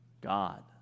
God